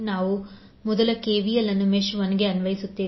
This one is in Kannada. ನಾವು ಮೊದಲು ಕೆವಿಎಲ್ ಅನ್ನು ಮೆಶ್ 1 ಗೆ ಅನ್ವಯಿಸುತ್ತೇವೆ